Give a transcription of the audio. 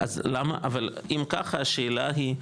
אבל אם ככה, השאלה היא,